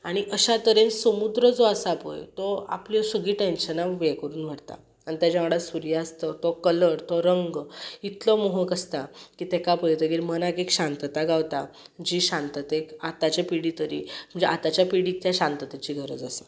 आनी अशा तरेन समुद्र जो आसा पय तो आपल्यो सगळीं टँन्शनां हें करून व्हरता आन तेज्या वांगडा सुर्यास्त तो कलर तो रंग इतलो मोहक आसता की तेका पळयतगीर मनाक एक शांतता गावता जी शांततेक आतांचे पिडी तरी म्हणजे आतांच्या पिडीक त्या शांततेची गरज आसा